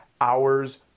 hours